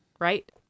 Right